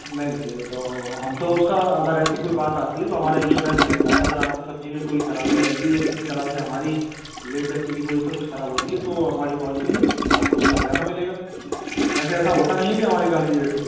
नहीं नहीं ये तो हम तो उसका अगर ऐसी कोई बात आती है तो हमारा इंश्योरेंस रहता है अगर आपकी सब्ज़ी में कोई ख़राबी आएगी या किसी तरह से हमारी लेट ग़लती की वजह से कुछ ख़राब होती है तो हमारी पॉलिसी है आपको उसका हर्जाना मिलेगा वैसे ऐसे होता नहीं है हमारी गाड़ी लेट हो